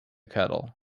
kettle